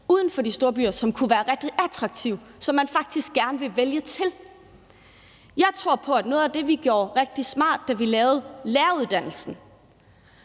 uden for de store byer, som kunne være rigtig attraktive, og som man faktisk gerne vil vælge til. Jeg tror på, at noget af det, vi gjorde rigtig smart, da vi bredt politisk